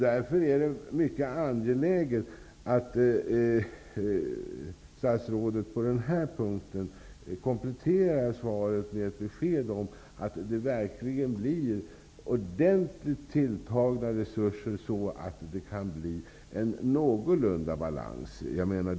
Därför är det mycket angeläget att statsrådet på den punkten kompletterar svaret med ett besked om att det verkligen blir ordentligt tilltagna resurser, så att det kan bli någorlunda balans här.